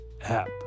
app